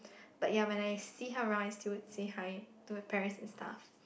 but ya when I see her around I still say hi to her parents and stuff